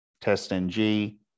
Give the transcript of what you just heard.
TestNG